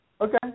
okay